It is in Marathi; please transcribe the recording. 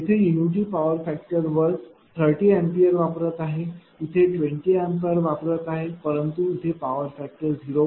येथे युनिटी पॉवर फॅक्टर वर 30 A वापरत आहे येथे 20 A वापरत आहे परंतु पॉवर फॅक्टर 0